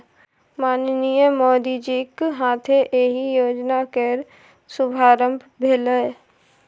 माननीय मोदीजीक हाथे एहि योजना केर शुभारंभ भेलै